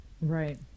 right